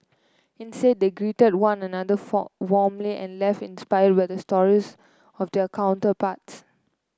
instead they greeted one another for warmly and left inspired by the stories of their counterparts